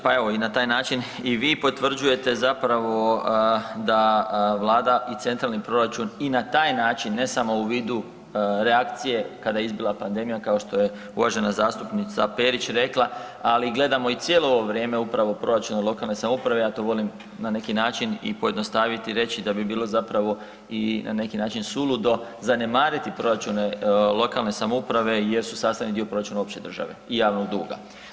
Pa evo i na taj način i vi potvrđujete zapravo da Vlada i centralni proračun i na taj način, ne samo u vidu reakcije kada je izbila pandemija, kao što je uvažena zastupnica Perić rekla, ali gledamo i cijelo ovo vrijeme upravo proračune lokalne samouprave, ja to volim na neki način i pojednostaviti i reći da bi bilo zapravo i na neki način suludo zanemariti proračune lokalne samouprave jer su sastavni dio proračuna opće države i javnog duga.